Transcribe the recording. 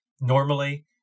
Normally